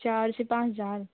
चार से पाँच हज़ार